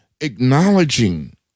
acknowledging